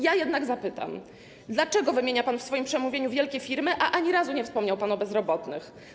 Ja jednak zapytam: Dlaczego wymienia pan w swoim przemówieniu wielkie firmy, a ani razu nie wspomniał pan o bezrobotnych?